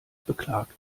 beklagt